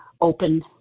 open